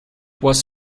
was